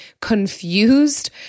confused